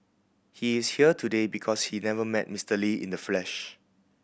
he is here today because he never met Mister Lee in the flesh